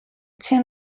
tsjin